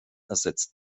ersetzt